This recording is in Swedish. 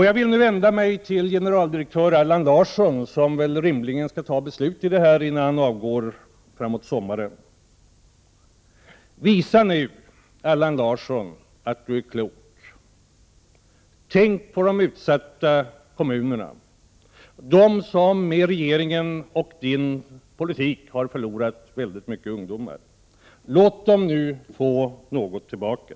Jag vill nu vända mig till generaldirektör Allan Larsson, som väl rimligen skall fatta beslut i det här ärendet innan han avgår framåt sommaren. Visa nu, Allan Larsson, att du är klok! Tänk på de utsatta kommunerna, dem som med regeringens och din politik har förlorat väldigt många ungdomar! Låt dem nu få något tillbaka!